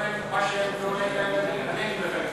שלא נעים להגיד, אני אגיד